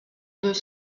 deux